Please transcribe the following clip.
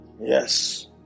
yes